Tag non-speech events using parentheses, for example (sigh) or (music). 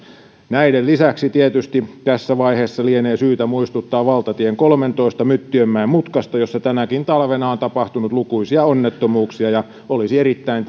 näiden lisäksi tietysti tässä vaiheessa lienee syytä muistuttaa valtatie kolmentoista myttiönmäen mutkasta jossa tänäkin talvena on tapahtunut lukuisia onnettomuuksia olisi erittäin (unintelligible)